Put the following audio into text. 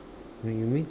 when you meet